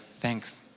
thanks